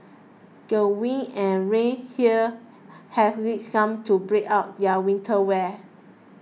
the winds and rain here have lead some to break out their winter wear